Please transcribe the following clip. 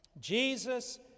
Jesus